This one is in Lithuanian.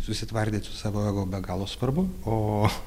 susitvardyti su savo ego be galo svarbu o